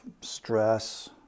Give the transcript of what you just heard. stress